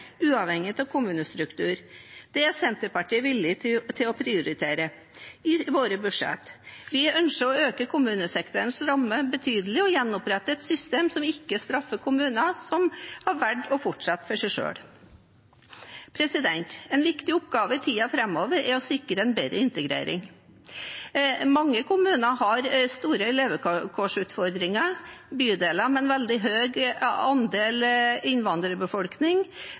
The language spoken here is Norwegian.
uavhengig av kommunestruktur. Det er Senterpartiet villig til å prioritere i sine budsjetter. Vi ønsker å øke kommunesektorens rammer betydelig og gjenopprette et system som ikke straffer kommuner som har valgt å fortsette for seg selv. En viktig oppgave i tiden framover er å sikre bedre integrering. Mange kommuner har store levekårsutfordringer. Bydeler med en veldig høy andel